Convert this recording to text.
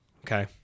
okay